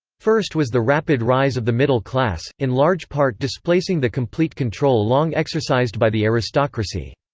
first was the rapid rise of the middle class, in large part displacing the complete control long exercised by the aristocracy.